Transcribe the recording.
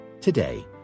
today